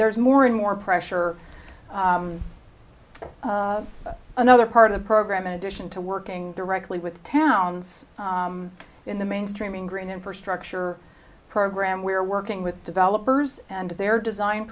there's more and more pressure on another part of the program in addition to working directly with towns in the mainstreaming green infrastructure program we're working with developers and their design